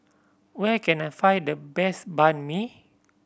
where can I find the best Banh Mi